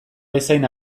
bezain